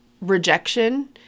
rejection